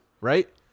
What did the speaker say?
right